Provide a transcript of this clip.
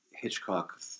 Hitchcock